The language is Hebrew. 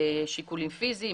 שיקולים פיזיים,